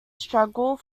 struggle